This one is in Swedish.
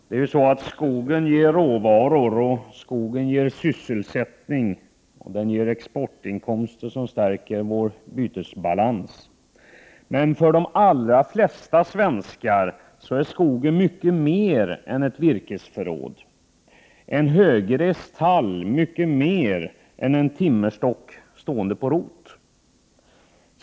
Herr talman! Skogen ger råvaror. Men skogen ger också sysselsättning och exportinkomster som stärker vår bytesbalans. För de allra flesta svenskar är dock skogen mycket mer än ett virkesförråd och en högrest tall mycket mer än en timmerstock på rot.